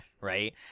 Right